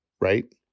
right